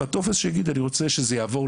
בסוף, רוב האזרחים לא יודעים לשייך זכאות